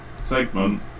segment